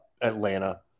Atlanta